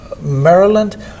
Maryland